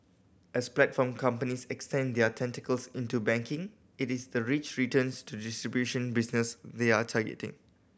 as platform companies extend their tentacles into banking it is the rich returns to the distribution business they are targeting